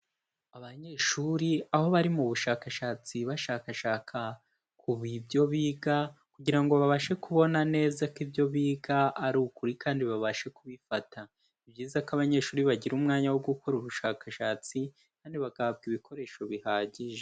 Abanyeshuri aho bari mu bushakashatsi bashakashaka ku ibyo biga kugira ngo babashe kubona neza ko ibyo biga ari ukuri kandi babashe kubifata, ni byiza ko abanyeshuri bagira umwanya wo gukora ubushakashatsi kandi bagahabwa ibikoresho bihagije.